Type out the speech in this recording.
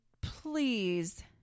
please